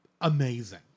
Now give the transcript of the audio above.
amazing